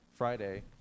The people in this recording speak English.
Friday